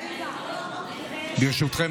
ברשותכם,